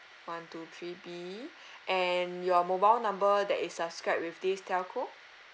one two three B and your mobile number that is subscribed with this telco